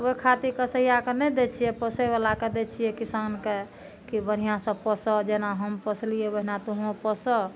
ओहि खातिर कसैयाके नहि दै छियै पोसैबलाके दै छियै किसानके की बढ़िऑं सऽ पोसऽ जेना हम पोसलियै ओहिना तुहूँ पोसऽ